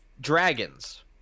Dragons